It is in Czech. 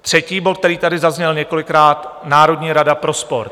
Třetí bod, který tady zazněl několikrát, je Národní rada pro sport.